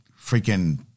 freaking